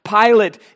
Pilate